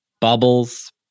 bubbles